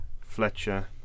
Fletcher